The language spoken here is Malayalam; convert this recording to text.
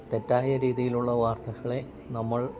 തെറ്റായ രീതിയിലുള്ള വാർത്തകളെ നമ്മൾ